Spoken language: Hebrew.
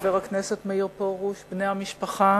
חבר הכנסת מאיר פרוש, בני המשפחה,